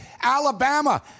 Alabama